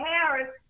Harris